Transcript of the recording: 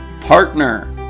partner